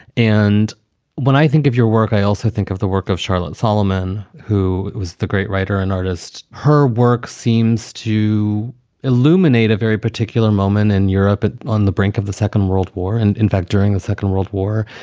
and when i think of your work, i also think of the work of charlotte solomon, who was the great writer and artist. her work seems to illuminate a very particular moment in europe on the brink of the second world war. and in fact, during the second world war,